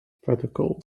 protocol